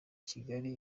kigali